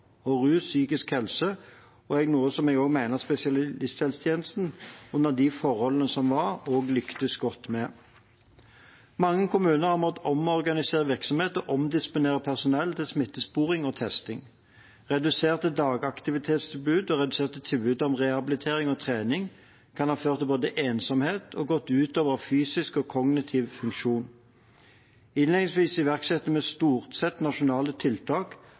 og til rus/psykisk helse, noe jeg mener spesialisthelsetjenesten under de forholdene som var, også lyktes godt med. Mange kommuner har måttet omorganisere virksomheter og omdisponere personell til smittesporing og testing. Reduserte dagaktivitetstilbud og reduserte tilbud om rehabilitering og trening kan ha ført til ensomhet og gått ut over fysisk og kognitiv funksjon. Innledningsvis iverksatte vi stort sett nasjonale tiltak